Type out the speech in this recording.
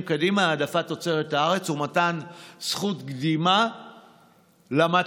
קדימה: העדפת תוצרת הארץ ומתן זכות קדימה למתפרות